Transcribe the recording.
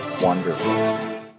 Wonderful